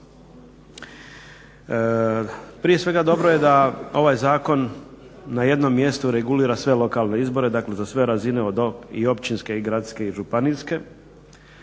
Prije svega dobro je da ovaj zakon na jednom mjestu regulira sve lokalne izbore, dakle za sve razine od i općinske i gradske i županijske.